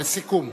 לסיכום.